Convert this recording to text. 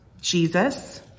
Jesus